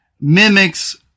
mimics